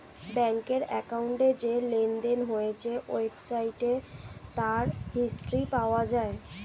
ব্যাংকের অ্যাকাউন্টে যে লেনদেন হয়েছে ওয়েবসাইটে তার হিস্ট্রি পাওয়া যায়